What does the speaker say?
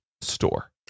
store